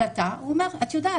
אומר לו: תראה,